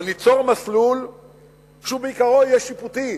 אבל ניצור מסלול שבעיקרו יהיה שיפוטי,